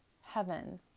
heaven